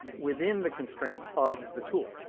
within the constraints of the tool.